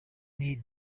need